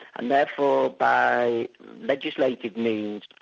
and therefore by legislative means,